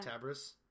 Tabris